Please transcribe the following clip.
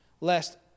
lest